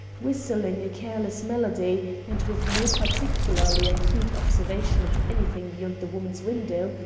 whistling a careless melody, and with no particularly acute observation of anything beyond the woman's window,